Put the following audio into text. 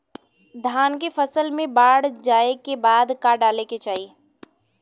धान के फ़सल मे बाढ़ जाऐं के बाद का डाले के चाही?